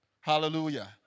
Hallelujah